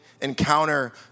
encounter